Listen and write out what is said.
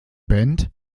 band